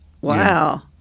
Wow